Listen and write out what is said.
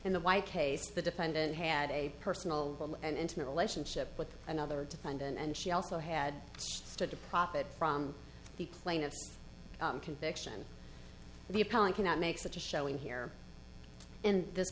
in the white case the defendant had a personal and intimate relationship with another defendant and she also had stood to profit from the plaintiff conviction the appellate cannot make such a showing here in this